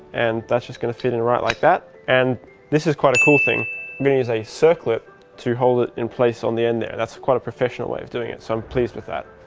and that's just gonna fit in right like that and this is quite a cool thing meaning as i circle it to hold it in place on the end there that's quite a professional way of doing it so i'm pleased with that.